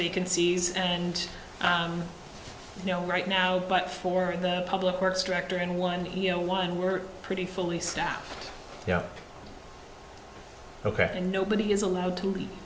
vacancies and you know right now but for the public works director in one one we're pretty fully staffed ok and nobody is allowed to